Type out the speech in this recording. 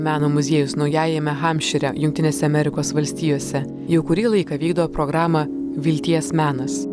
meno muziejus naujajame hampšyre jungtinėse amerikos valstijose jau kurį laiką vykdo programą vilties menas